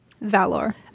Valor